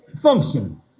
function